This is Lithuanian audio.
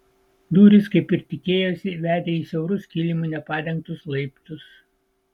durys kaip ir tikėjosi vedė į siaurus kilimu nepadengtus laiptus